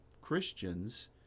Christians